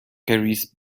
carries